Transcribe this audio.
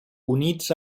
units